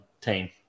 team